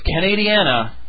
Canadiana